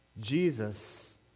Jesus